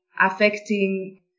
affecting